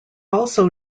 also